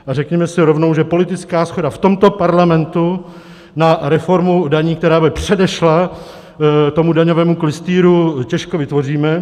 A řekněme si rovnou, že politickou shodu v tomto parlamentu na reformu daní, která by předešla tomu daňovému klystýru, těžko vytvoříme.